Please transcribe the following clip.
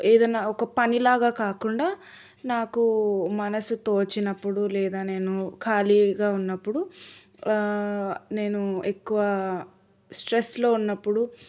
ఏదన్నా ఒక పనిలాగా కాకుండా నాకు మనస్సు తోచినప్పుడు లేదా నేను ఖాళీగా ఉన్నప్పుడు నేను ఎక్కువ స్ట్రెస్లో ఉన్నప్పుడు